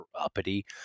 uppity